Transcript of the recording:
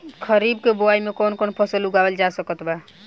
खरीब के बोआई मे कौन कौन फसल उगावाल जा सकत बा?